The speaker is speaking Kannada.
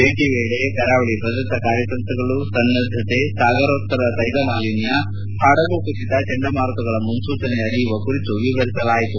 ಭೇಟಿಯ ವೇಳೆ ಕರಾವಳಿ ಭದ್ರತಾ ಕಾರ್ಯತಂತ್ರಗಳು ಸನ್ನದ್ದಕೆ ಸಾಗರೋತ್ತರ ಕೈಲ ಮಾಲಿನ್ಲ ಹಡಗು ಕುಸಿತ ಚಂಡಮಾರುತಗಳ ಮುನ್ನೂಚನೆ ಅರಿಯುವ ಕುರಿತು ವಿವರಿಸಲಾಯಿತು